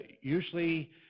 usually